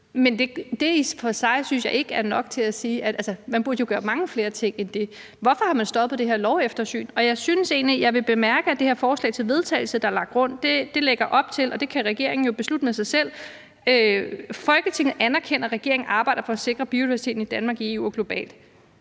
Men det i sig selv synes jeg ikke er nok. Altså, man burde jo gøre mange flere ting end det. Hvorfor har man stoppet det her loveftersyn? Jeg synes egentlig, jeg vil bemærke det, der er lagt op til i det her forslag til vedtagelse, der er delt rundt – og det kan regeringen jo beslutte med sig selv: Folketinget anerkender, at regeringen arbejder for at sikre biodiversiteten i Danmark, i EU og globalt.